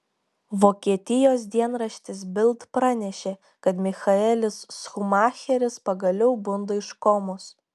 vokietijos dienraštis bild pranešė kad michaelis schumacheris pagaliau bunda iš komos